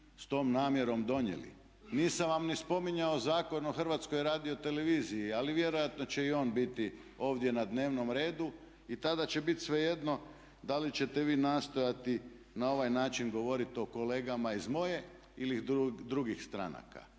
s tom namjerom donijeli. Nisam vam ni spominjao Zakon o Hrvatskoj radioteleviziji, ali vjerojatno će i on biti ovdje na dnevnom redu i tada će bit svejedno da li ćete vi nastojati na ovaj način govoriti o kolegama iz moje ili drugih stranaka.